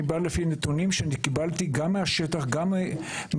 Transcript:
אני בא לפי נתונים שקיבלתי גם מהשטח וגם ממטפלים,